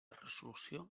resolució